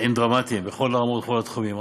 הם דרמטיים בכל האמור, בכל התחומים.